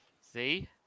See